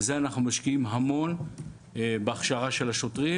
בזה אנחנו משקיעים המון בהכשרה של השוטרים